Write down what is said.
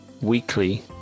weekly